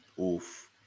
oof